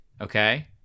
okay